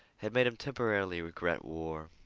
had made him temporarily regret war.